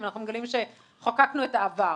ואנחנו מגלים שחוקקנו את העבר.